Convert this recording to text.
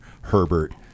Herbert